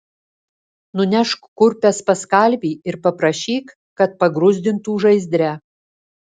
nunešk kurpes pas kalvį ir paprašyk kad pagruzdintų žaizdre